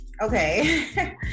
Okay